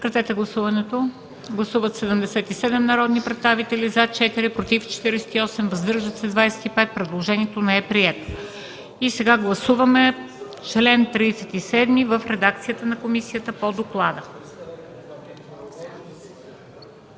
Гласуваме чл. 37 в редакцията на комисията по доклада.